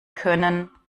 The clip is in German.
können